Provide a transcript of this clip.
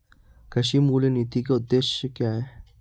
कृषि मूल्य नीति के उद्देश्य क्या है?